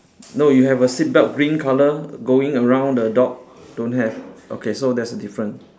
no you have a seat belt green color going around the dog don't have okay so that's the different